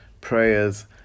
prayers